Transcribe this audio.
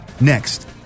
Next